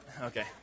Okay